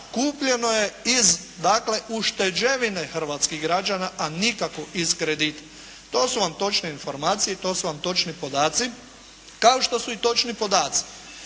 kupljeno je iz ušteđevine hrvatskih građana, a nikako ih kredita. To su vam točne informacije i to su vam točni podaci, kao što su točni i podaci